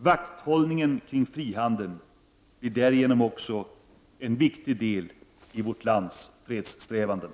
Vakthållningen kring frihandeln blir därigenom också en viktig del i vårt lands fredssträvanden.